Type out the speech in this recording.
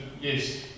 yes